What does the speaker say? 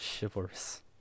chivalrous